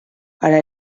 para